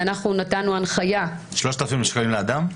נתנו הנחיה --- 3,000 ₪ לאדם?